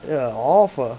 ya off ah